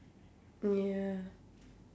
yeah